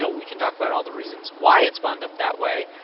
ah we can talk about all the reasons why it's wound up that way.